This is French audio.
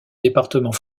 département